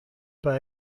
pas